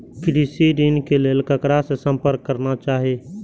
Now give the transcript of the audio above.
कृषि ऋण के लेल ककरा से संपर्क करना चाही?